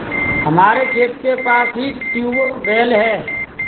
हमारे खेत के पास ही ट्यूबवेल है